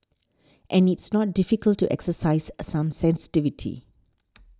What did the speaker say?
and it's not difficult to exercise a some sensitivity